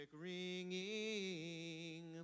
ringing